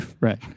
right